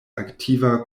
aktiva